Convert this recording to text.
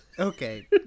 Okay